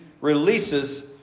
releases